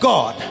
God